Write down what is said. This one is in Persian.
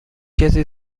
کسی